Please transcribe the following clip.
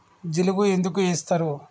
జిలుగు ఎందుకు ఏస్తరు?